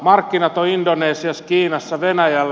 markkinat ovat indonesiassa kiinassa venäjällä